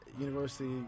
university